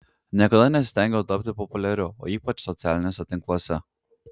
niekada nesistengiau tapti populiariu o ypač socialiniuose tinkluose